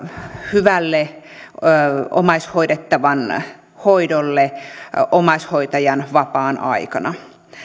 hyvälle omaishoidettavan hoidolle omaishoitajan vapaan aikana